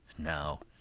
now,